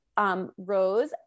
Rose